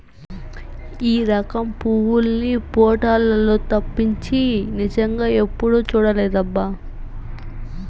ఈ రకం పువ్వుల్ని పోటోలల్లో తప్పించి నిజంగా ఎప్పుడూ చూడలేదబ్బా